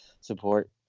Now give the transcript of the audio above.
support